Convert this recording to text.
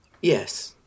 Yes